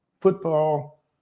football